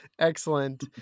Excellent